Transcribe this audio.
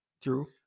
true